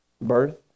birth